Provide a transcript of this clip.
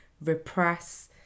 repress